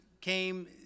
came